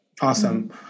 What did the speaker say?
Awesome